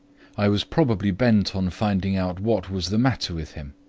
i was probably bent on finding out what was the matter with him.